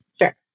Sure